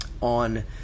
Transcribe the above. on